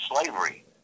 slavery